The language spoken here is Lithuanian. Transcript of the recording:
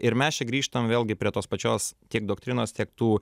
ir mes čia grįžtam vėlgi prie tos pačios tiek doktrinos tiek tų